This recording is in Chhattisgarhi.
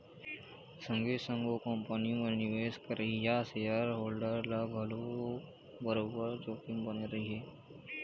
संगे संग ओ कंपनी म निवेश करइया सेयर होल्डर ल घलोक बरोबर जोखिम बने रही